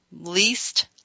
least